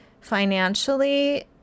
financially